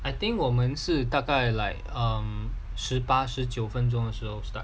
I think 我们是大概 like um 十八十九分钟的时候 start